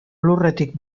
lurretik